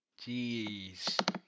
Jeez